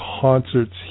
concerts